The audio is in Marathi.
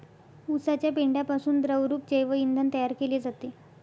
उसाच्या पेंढ्यापासून द्रवरूप जैव इंधन तयार केले जाते